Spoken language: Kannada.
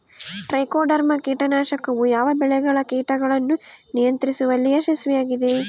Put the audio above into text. ಟ್ರೈಕೋಡರ್ಮಾ ಕೇಟನಾಶಕವು ಯಾವ ಬೆಳೆಗಳ ಕೇಟಗಳನ್ನು ನಿಯಂತ್ರಿಸುವಲ್ಲಿ ಯಶಸ್ವಿಯಾಗಿದೆ?